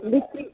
लीची